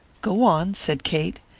go on, said kate.